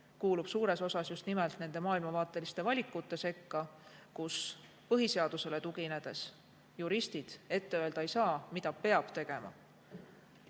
kuulub suures osas just nimelt nende maailmavaateliste valikute sekka, kus põhiseadusele tuginedes juristid ette öelda ei saa, mida peab tegema.